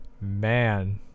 Man